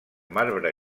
marbre